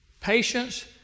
Patience